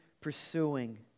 pursuing